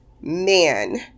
man